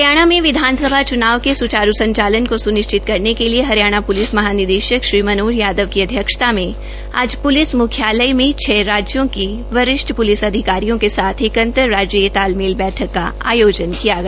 हरियाणा में विधानसभा चूनाव के सुचारू संचालन को सुनिश्चित करने के लिए हरियाणा पुलिस महानिदेशक श्री मनोज यादव की अध्यक्षता में आज पृलिस मुख्यालय में छः राज्यों के वरिष्ठ पुलिस अधिकारियों के साथ एक अंतर्राज्यीय तालमेल बैठक का आयोजन किया गया